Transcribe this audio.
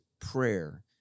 prayer